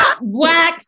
wax